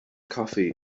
coffee